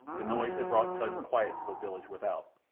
the noise had brought sudden quiet to the village without.